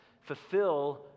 fulfill